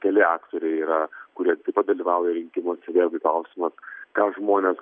keli aktoriai yra kurie taip pat dalyvauja rinkimuose vėlgi klausimas ką žmonės